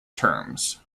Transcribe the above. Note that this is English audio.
terms